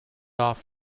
off